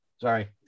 Sorry